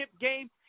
game